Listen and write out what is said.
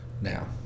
Now